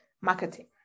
marketing